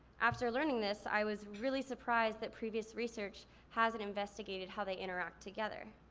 after learning this i was really surprised that previous research hasn't investigated how they interact together.